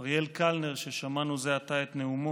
אריאל קלנר, ששמענו זה עתה את נאומו,